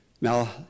now